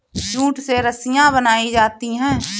jute से रस्सियां बनायीं जाती है